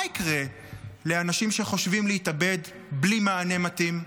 מה יקרה לאנשים שחושבים להתאבד בלי מענה מתאים?